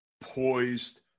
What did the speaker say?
poised